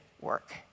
work